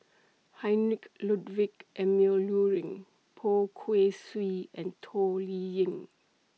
Heinrich Ludwig Emil Luering Poh Kay Swee and Toh Liying